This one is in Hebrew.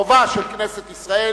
חובה של כנסת ישראל